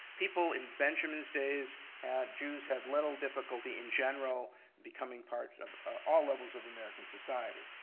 people in benjamin's days had, jews had little difficulty in general becoming part of all levels of american society.